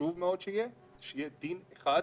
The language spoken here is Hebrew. שחשוב מאוד לשמור עליו הוא שיהיה דין אחד לכולם.